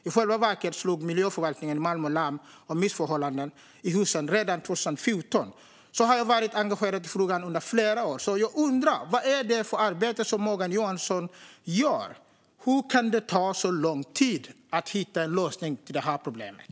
I själva verket slog Miljöförvaltningen i Malmö larm om missförhållanden i husen redan 2014. Jag har varit engagerad i frågan under flera år, och jag undrar vad det är för arbete som Morgan Johansson gör. Hur kan det ta så lång tid att hitta en lösning på det här problemet?